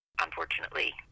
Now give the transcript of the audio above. Unfortunately